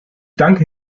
danke